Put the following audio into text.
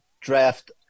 draft